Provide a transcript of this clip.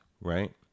right